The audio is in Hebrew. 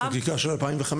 החקיקה של 2015?